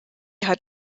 hat